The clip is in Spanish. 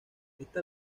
esta